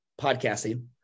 podcasting